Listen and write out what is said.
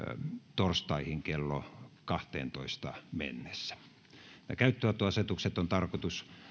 torstaihin kello kahteentoista mennessä nämä käyttöönottoasetukset on tarkoitus